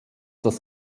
das